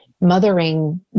mothering